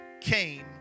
came